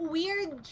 weird